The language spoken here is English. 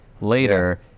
later